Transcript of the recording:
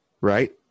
right